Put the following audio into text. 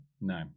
No